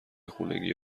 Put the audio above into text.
خونگیه